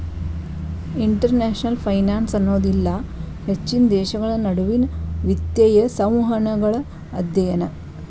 international finance ಅನ್ನೋದು ಇಲ್ಲಾ ಹೆಚ್ಚಿನ ದೇಶಗಳ ನಡುವಿನ್ ವಿತ್ತೇಯ ಸಂವಹನಗಳ ಅಧ್ಯಯನ